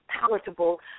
palatable